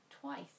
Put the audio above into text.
twice